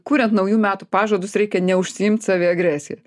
kuriant naujų metų pažadus reikia neužsiimt saviagresija